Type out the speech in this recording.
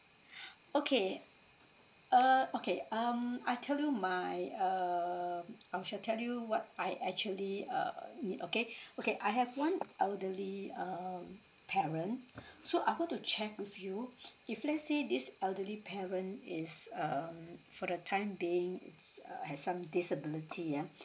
okay uh okay um I tell you my err I shall tell you what I actually uh need okay okay I have one elderly um parent so I hope to check with you if let's say this elderly parent is um for the time being it's uh has some disability ah